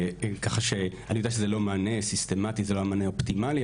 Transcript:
ככה שאני יודע שזה לא מענה שהוא מערכתי ושזה לא המענה האופטימלי,